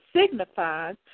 signifies